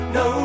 no